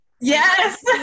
Yes